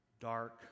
dark